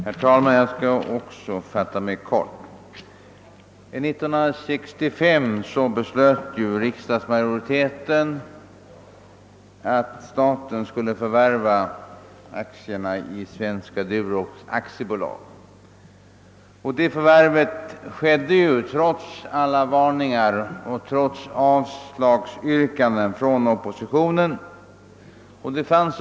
Herr talman! Också jag skall fatta mig kort. År 1965 beslöt riksdagsmajoriteten att staten skulle förvärva aktierna i Svenska Durox AB. Det förvärvet skedde trots alla varningar och trots avslagsyrkanden från oppositionen.